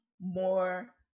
more